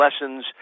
lessons